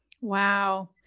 wow